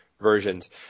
versions